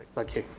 thank you.